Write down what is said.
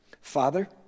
Father